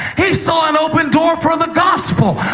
he saw an open door for the gospel.